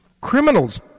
Criminals